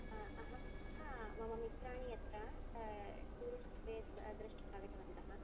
आ अहं हा मम मित्राणि अत्र टूरिस्ट् प्लेस् द्रष्टुम् आगतवन्तः